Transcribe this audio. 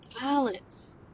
Violence